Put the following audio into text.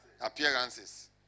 Appearances